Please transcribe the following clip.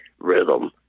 rhythm